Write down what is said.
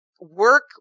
Work